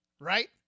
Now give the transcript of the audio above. right